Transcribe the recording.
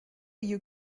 you